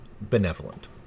benevolent